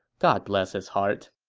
god bless his heart